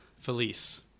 Felice